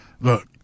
Look